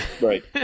Right